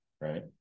right